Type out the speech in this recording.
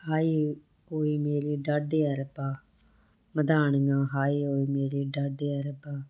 ਹਾਏ ਓ ਓਏ ਮੇਰੇ ਡਾਢਿਆ ਰੱਬਾ ਮਧਾਣੀਆਂ ਹਾਏ ਓਏ ਮੇਰੇ ਡਾਢਿਆ ਰੱਬਾ